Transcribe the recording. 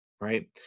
right